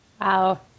Wow